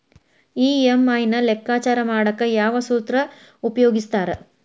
EMI ನ ಲೆಕ್ಕಾಚಾರ ಮಾಡಕ ಯಾವ್ ಸೂತ್ರ ಉಪಯೋಗಿಸ್ತಾರ